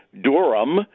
Durham